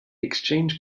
exchange